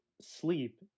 sleep